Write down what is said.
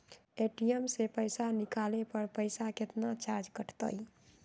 ATM से पईसा निकाले पर पईसा केतना चार्ज कटतई?